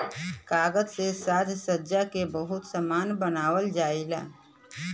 कागज से साजसज्जा के बहुते सामान बनावल जाला